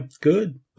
Good